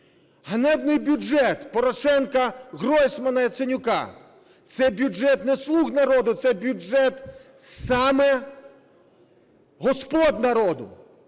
Ганебний бюджет Порошенка, Гройсмана, Яценюка – це бюджет не слуг народу, це бюджет саме господ народу.